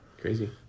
Crazy